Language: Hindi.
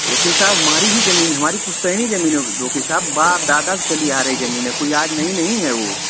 वकील साहब हमारी ही जमीन है हमारी पुश्तैनी जमीन है जो कि वकील साहब बाप दादा से चली आ रही जमीन है कोई आज नई नहीं है वो